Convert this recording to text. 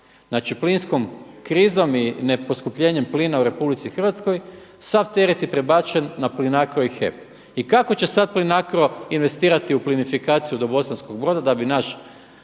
znači plinskom krizom i ne poskupljenjem plina u RH sav teret je prebačen na Plinacro i HEP. I kako će sada Plinacro investirati u plinifikaciju do Bosanskog Broda da bi naš